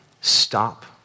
stop